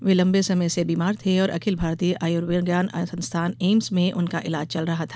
वे लम्बे समय से बीमार थे और अखिल भारतीय आयुर्विज्ञान संस्थान एम्स में उनका इलाज चल रहा था